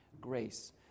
grace